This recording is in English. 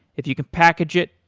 if you can package it,